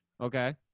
okay